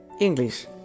English